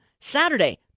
Saturday